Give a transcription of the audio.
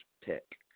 pick